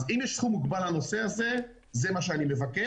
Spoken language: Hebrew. אז אם יש סכום מוגבל לנושא זה, זה מה שאני מבקש.